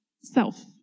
Self